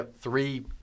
three